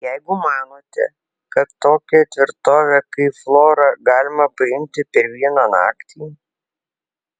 jeigu manote kad tokią tvirtovę kaip flora galima paimti per vieną naktį